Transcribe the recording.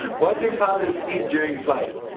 what do pilots eat during flight?